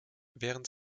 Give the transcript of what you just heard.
während